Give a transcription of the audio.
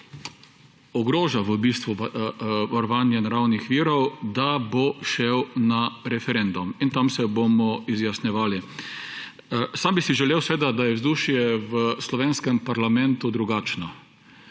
v bistvu varovanje naravnih virov, da bo šel na referendum in tam se bomo izjasnili. Sam bi si želel, seveda, da je vzdušje v slovenskem parlamentu drugačno,